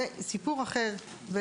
זה סיפור אחר.